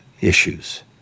issues